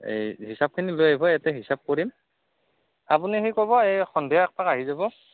এই হিচাপখিনি লৈ আহিব এয়াতে হিচাপ কৰিম আপুনি সেই ক'ব এই সন্ধিয়া একপাক আহি যাব